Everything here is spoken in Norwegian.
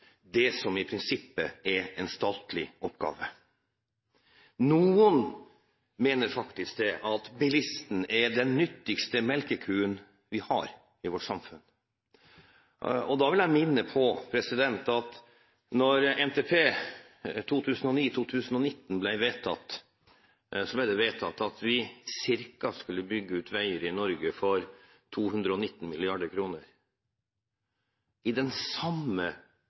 det som i prinsippet er en statlig oppgave. Noen mener faktisk at bilisten er den nyttigste melkekua vi har i vårt samfunn. Da vil jeg minne om at da NTP 2009–2019 ble vedtatt, ble det også vedtatt at vi skulle bygge ut veier i Norge for ca. 219 mrd. kr. Innenfor den samme